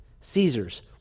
Caesar's